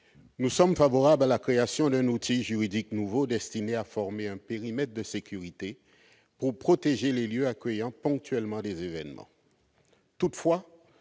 nous sommes favorables à la création d'un outil juridique nouveau destiné à former un périmètre de sécurité pour protéger les lieux accueillant ponctuellement des événements